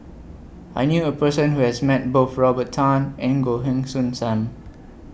I knew A Person Who has Met Both Robert Tan and Goh Heng Soon SAM